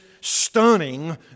stunning